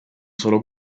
solo